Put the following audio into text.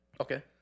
Okay